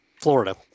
Florida